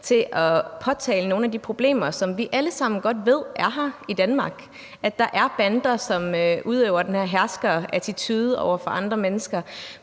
til at påtale nogle af de problemer, som vi alle sammen godt ved er her i Danmark – der er bander, som udøver den her herskerattitude over for andre mennesker.